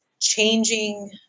changing